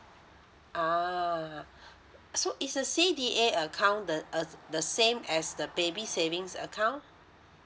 ah so is the C_D_A account the uh the same as the baby savings account